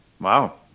Wow